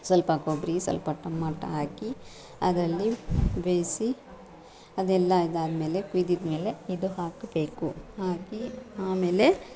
ಸ್ವಲ್ಪ ಕೊಬ್ಬರಿ ಸ್ವಲ್ಪ ಟೊಮಾಟಾ ಹಾಕಿ ಅದರಲ್ಲಿ ಬೇಯಿಸಿ ಅದೆಲ್ಲ ಇದಾದಮೇಲೆ ಕುದಿದ್ಮೇಲೆ ಇದು ಹಾಕಬೇಕು ಹಾಕಿ ಆಮೇಲೆ